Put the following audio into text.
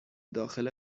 داخل